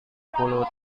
puluh